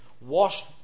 washed